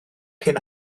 cyn